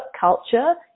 culture